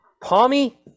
Palmy